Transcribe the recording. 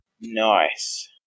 Nice